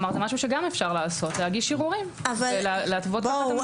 אפשר להגיש ערעורים כדי להתוות את המדיניות.